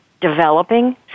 developing